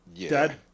Dad